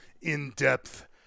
in-depth